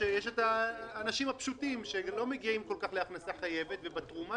יש את האנשים הפשוטים שלא מגיעים להכנסה חייבת ובתרומה